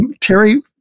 Terry